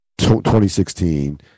2016